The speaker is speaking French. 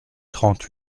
trente